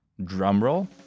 Drumroll